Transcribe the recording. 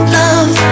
love